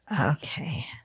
Okay